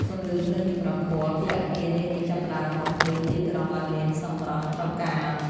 ពន្លឺភ្លើងចម្រុះពណ៌ពីអគារនានាចាប់ផ្ដើមបំភ្លឺទីក្រុងឱ្យមានសម្រស់ត្រកាល។